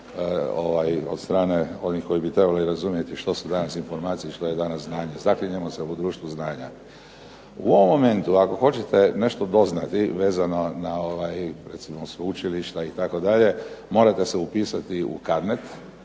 od strane onih koji bi trebali razumjeti što su danas informacije i što je danas znanje. Zaklinjemo se u društvo znanja. U ovom momentu ako hoćete nešto doznati vezano na recimo sveučilišta itd. morate se upisati u Carnet